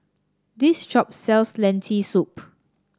this shop sells Lentil Soup